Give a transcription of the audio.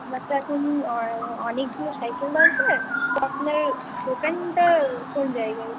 আমার তো এখন অনেকগুলো সাইকেল দরকার তো আপনার দোকানটা কোন জায়গায়